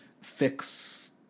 fix